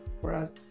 whereas